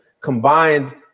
combined